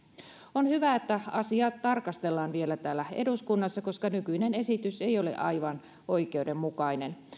on hyvä että asiaa tarkastellaan vielä täällä eduskunnassa koska nykyinen esitys ei ole aivan oikeudenmukainen